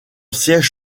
siège